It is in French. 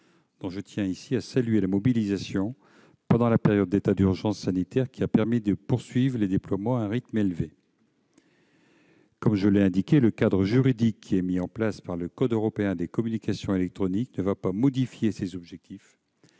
je tiens à saluer la mobilisation pendant la période d'état d'urgence sanitaire- cette mobilisation a permis de poursuivre les déploiements à un rythme élevé. Comme je l'ai indiqué, le cadre juridique mis en place par le code européen des communications électroniques ne va pas modifier ces objectifs.